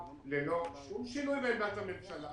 --- ללא שום שינוי בעמדת הממשלה,